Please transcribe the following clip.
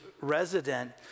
resident